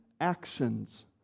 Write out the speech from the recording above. actions